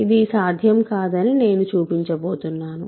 ఇది సాధ్యం కాదని నేను చూపించబోతున్నాను